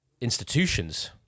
institutions